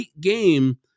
game